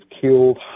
killed